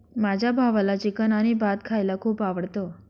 माझ्या भावाला चिकन आणि भात खायला खूप आवडतं